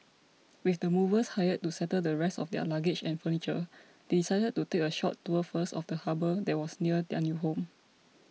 with the movers hired to settle the rest of their luggage and furniture they decided to take a short tour first of the harbour that was near their new home